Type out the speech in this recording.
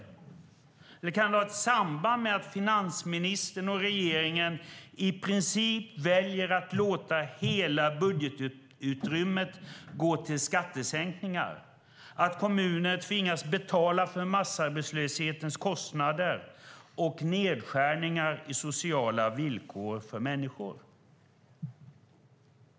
Eller kan det ha ett samband med att finansministern och regeringen i princip väljer att låta hela budgetutrymmet gå till skattesänkningar och att kommuner tvingas betala för massarbetslöshetens kostnader och nedskärningar i sociala villkor för människor?